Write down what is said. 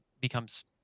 becomes